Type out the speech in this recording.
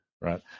right